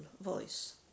voice